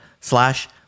slash